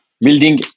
building